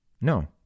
No